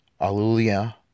Alleluia